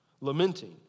lamenting